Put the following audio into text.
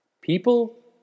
People